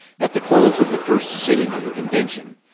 at the close of the first sitting of the convention,